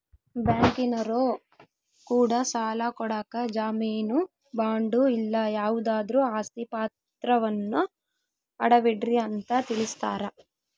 ಬ್ಯಾಂಕಿನರೊ ಕೂಡ ಸಾಲ ಕೊಡಕ ಜಾಮೀನು ಬಾಂಡು ಇಲ್ಲ ಯಾವುದಾದ್ರು ಆಸ್ತಿ ಪಾತ್ರವನ್ನ ಅಡವಿಡ್ರಿ ಅಂತ ತಿಳಿಸ್ತಾರ